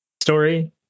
Story